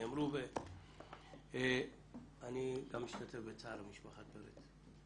אני גם משתתף בצער משפחת פרץ.